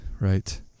right